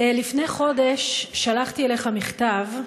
לפני חודש שלחתי אליך מכתב,